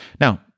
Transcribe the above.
now